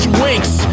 winks